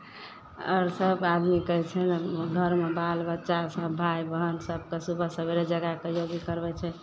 आओर सबभ आदमीकेँ छै ने घरमे बालबच्चा सभ भाय बहिन सभकेँ सुबह सवेरे जगाय कऽ योगी करबै छै